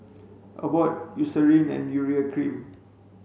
Abbott Eucerin and Urea cream